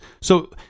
So-